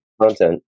Content